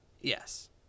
Yes